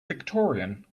victorian